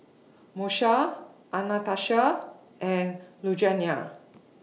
Moesha Anastacia and Lugenia